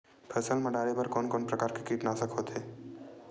फसल मा डारेबर कोन कौन प्रकार के कीटनाशक होथे?